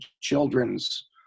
children's